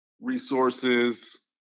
resources